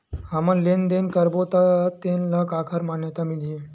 हमन लेन देन करबो त तेन ल काखर मान्यता मिलही?